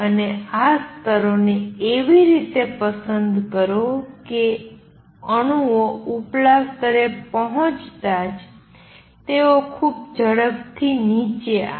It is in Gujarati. અને આ સ્તરોને એવી રીતે પસંદ કરો કે અણુઓ ઉપલા સ્તરે પહોંચતા જ તેઓ ખૂબ ઝડપથી નીચે આવે